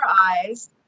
eyes